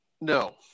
No